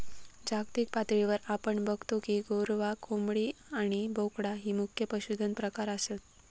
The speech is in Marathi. जागतिक पातळीवर आपण बगतो की गोरवां, कोंबडी आणि बोकडा ही मुख्य पशुधन प्रकार आसत